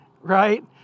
right